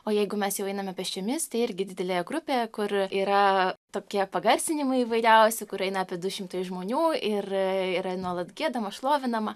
o jeigu mes jau einame pėsčiomis tai irgi didelėje grupėje kur yra tokie pagarsinimai įvairiausi kur eina apie du šimtai žmonių ir yra nuolat giedama šlovinama